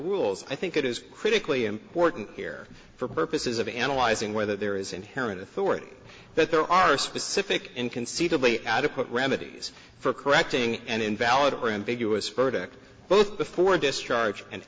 rules i think it is critically important here for purposes of analyzing whether there is inherent authority that there are specific inconceivably adequate remedies for correcting an invalid or ambiguous verdict both before discharge and